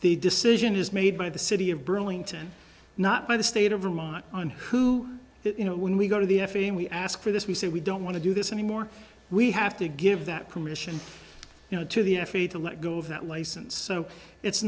the decision is made by the city of burlington not by the state of vermont on who you know when we go to the f a we ask for this we said we don't want to do this anymore we have to give that permission you know to the f a to let go of that license so it's